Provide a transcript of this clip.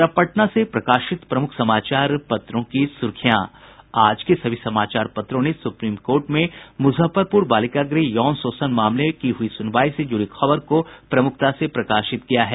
और अब पटना से प्रकाशित प्रमुख समाचार पत्रों की सुर्खियां आज के सभी समाचार पत्रों ने सुप्रीम कोर्ट में मुजफ्फरपुर बालिका गृह यौन शोषण मामले की हुई सुनवाई से जुड़ी खबर को प्रमुखता से प्रकाशित किया है